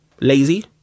lazy